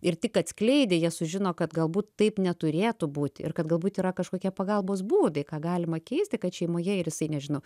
ir tik atskleidę jie sužino kad galbūt taip neturėtų būti ir kad galbūt yra kažkokie pagalbos būdai ką galima keisti kad šeimoje ir jisai nežino